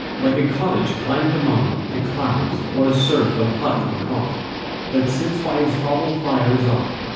like a cottage climbed among the clouds or a serf of hut and croft that sits by his hovel fire as oft,